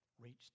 reached